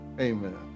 Amen